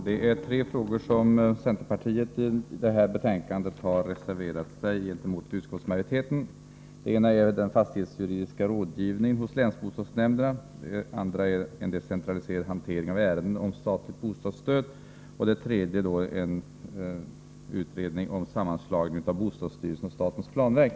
Herr talman! I tre frågor har centerpartiet reserverat sig gentemot utskottsmajoriteten. Det gäller den fastighetsjuridiska rådgivningen hos länsbostadsnämnderna, en decentraliserad hantering av ärenden om statligt bostadsstöd samt en utredning om sammanslagning av bostadsstyrelsen och statens planverk.